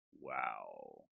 Wow